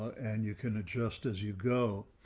and you can adjust as you go.